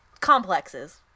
complexes